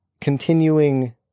continuing